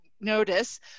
notice